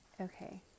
Okay